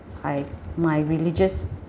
I my religious